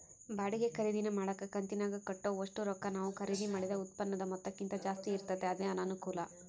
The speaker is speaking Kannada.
ಬಾಡಿಗೆ ಖರೀದಿನ ಮಾಡಕ ಕಂತಿನಾಗ ಕಟ್ಟೋ ಒಷ್ಟು ರೊಕ್ಕ ನಾವು ಖರೀದಿ ಮಾಡಿದ ಉತ್ಪನ್ನುದ ಮೊತ್ತಕ್ಕಿಂತ ಜಾಸ್ತಿ ಇರ್ತತೆ ಅದೇ ಅನಾನುಕೂಲ